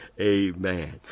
Amen